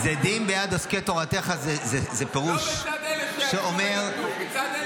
"זדים ביד עוסקי תורתך" זה פירוש שאומר -- לא מצד אלה